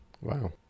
Wow